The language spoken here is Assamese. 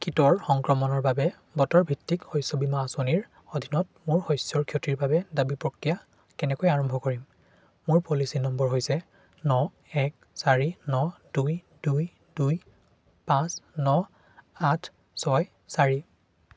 কীটৰ সংক্ৰমণৰ বাবে বতৰ ভিত্তিক শস্য বীমা আঁচনিৰ অধীনত মোৰ শস্যৰ ক্ষতিৰ বাবে দাবী প্ৰক্ৰিয়া কেনেকৈ আৰম্ভ কৰিম মোৰ পলিচী নম্বৰ হৈছে ন এক চাৰি ন দুই দুই দুই পাঁচ ন আঠ ছয় চাৰি